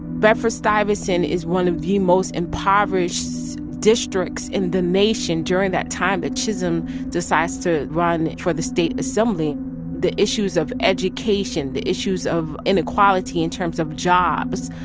bedford-stuyvesant is one of the most impoverished districts in the nation during that time, but chisholm decides to run for the state assembly the issues of education, the issues of inequality in terms of jobs,